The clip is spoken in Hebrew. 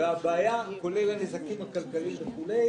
הבעיה, כולל הנזקים הכלכליים וכו'.